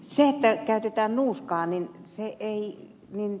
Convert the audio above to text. se että käyttää nuuskaa niin se ei ollut